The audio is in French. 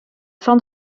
fin